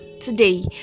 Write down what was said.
today